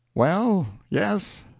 well, yes,